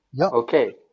Okay